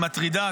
היא מטרידה.